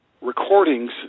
recordings